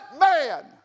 man